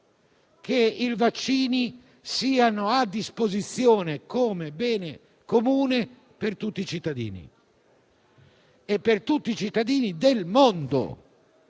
che i vaccini siano a disposizione come bene comune per tutti i cittadini? E mi riferisco a tutti i cittadini del mondo,